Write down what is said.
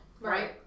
right